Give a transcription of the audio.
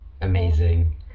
amazing